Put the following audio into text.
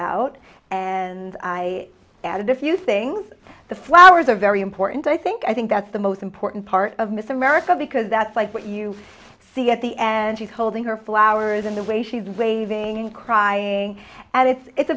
out and i added a few things the flowers are very important i think i think that's the most important part of miss america because that's like what you see at the end she's holding her flowers in the way she's waving and crying and it's it's